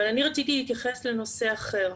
אני רציתי להתייחס לנושא אחר.